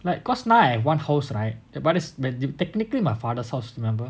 like cause now I have one house right but it's technically my father's house remember